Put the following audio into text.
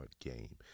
game